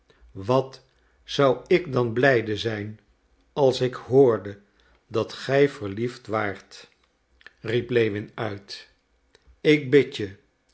wat zou ik dan blijde zijn als ik hoorde dat gij verliefd waart riep lewin uit ik bid